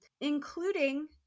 including